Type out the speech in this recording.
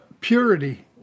purity